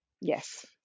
Yes